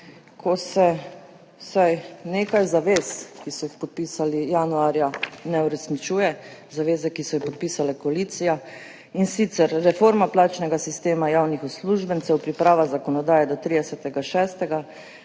se vsaj nekaj zavez, ki so jih podpisali januarja, ne uresničuje. Zavez, ki jih je podpisala koalicija, in sicer: reforma plačnega sistema javnih uslužbencev, priprava zakonodaje do 30.